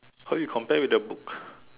how you compare with the books